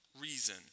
reason